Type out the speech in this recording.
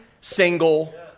single